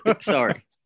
Sorry